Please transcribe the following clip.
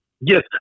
yes